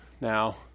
now